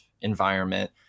environment